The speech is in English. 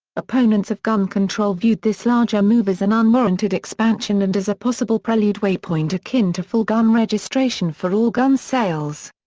opponents of gun control viewed this larger move as an unwarranted expansion and as a possible prelude waypoint akin to full gun registration for all gun sales.